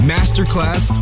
Masterclass